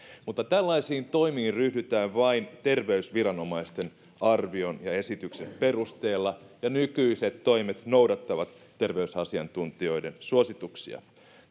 tällaisiin toimiin ryhdytään vain terveysviranomaisten arvion ja esityksen perusteella ja nykyiset toimet noudattavat terveysasiantuntijoiden suosituksia